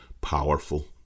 Powerful